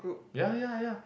ya ya ya